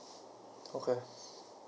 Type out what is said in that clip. okay